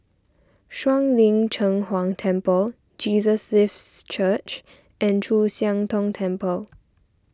Shuang Lin Cheng Huang Temple Jesus Lives Church and Chu Siang Tong Temple